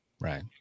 Right